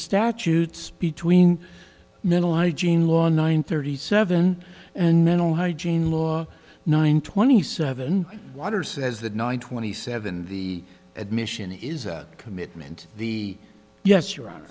statutes between mental hygiene law and nine thirty seven and mental hygiene law nine twenty seven water says that nine twenty seven the admission is a commitment the yes you're on